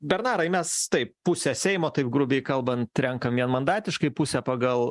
bernarai mes taip pusę seimo taip grubiai kalbant renkam vienmandatiškai pusę pagal